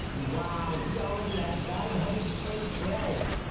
wow, he already has nine hundred k friends.